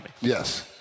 Yes